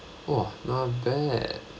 !wah! not bad